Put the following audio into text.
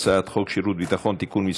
הצעת חוק שירות ביטחון (תיקון,